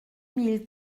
mille